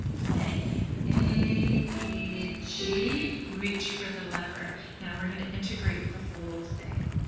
play a e g. reach for the lever. now we're going to integrate the whole thing.